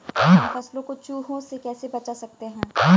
हम फसलों को चूहों से कैसे बचा सकते हैं?